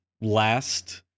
last